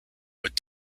would